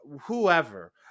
whoever